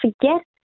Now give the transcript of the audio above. forget